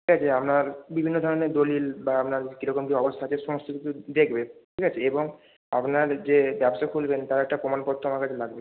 ঠিক আছে আপনার বিভিন্ন ধরনের দলিল বা আপনার কীরকম কী অবস্থা আছে সমস্ত কিছু দেখবে ঠিক আছে এবং আপনার যে ব্যবসা খুলবেন তার একটা প্রমাণপত্র আমার কাছে লাগবে